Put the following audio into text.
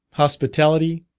hospitality,